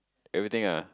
everything ah